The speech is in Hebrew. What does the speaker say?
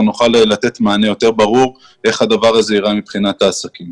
נוכל לתת מענה יותר ברור איך הדבר הזה ייראה מבחינת העסקים.